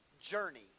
journey